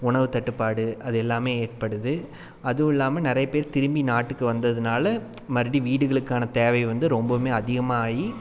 உணவுத்தட்டுப்பாடு அது எல்லாமே ஏற்படுது அதுவும் இல்லாமல் நிறைய பேர் திரும்பி நாட்டுக்கு வந்ததனால மறுபடியும் வீடுகளுக்கான தேவை வந்து ரொம்பவுமே அதிகமாகி